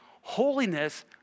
holiness